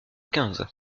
quinze